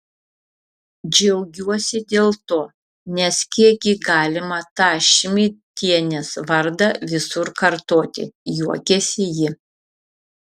džiaugiuosi dėl to nes kiek gi galima tą šmidtienės vardą visur kartoti juokėsi ji